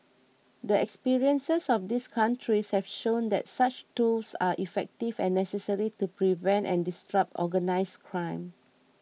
the experiences of these countries have shown that such tools are effective and necessary to prevent and disrupt organised crime